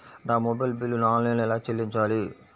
నా మొబైల్ బిల్లును ఆన్లైన్లో ఎలా చెల్లించాలి?